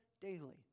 daily